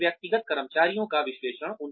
फिर व्यक्तिगत कर्मचारियों का विश्लेषण